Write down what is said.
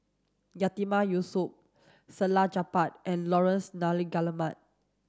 Yatiman Yusof Salleh Japar and Laurence Nunns Guillemard